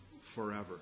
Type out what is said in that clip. forever